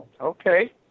Okay